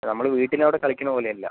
നമ്മൾ വീട്ടിൽ അവിടെ കളിക്കുന്നത് പോലെ അല്ല